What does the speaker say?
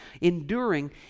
enduring